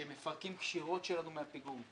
שהם מפרקים קשירות שלנו מהפיגום,